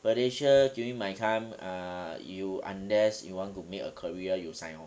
malaysia during my time err you unless you want to make a career you sign on